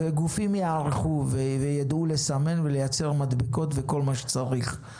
וגופים ייערכו וידעו לסמן ולייצר מדבקות וכל מה שצריך.